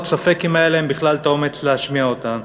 ספק אם היה להם בכלל האומץ להשמיע אותן.